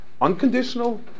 unconditional